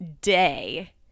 day